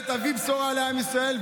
ותביא בשורה לעם ישראל,